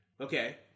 Okay